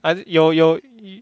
and 有有